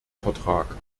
vertrag